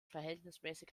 verhältnismäßig